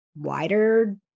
wider